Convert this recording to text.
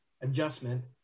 adjustment